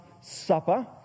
Supper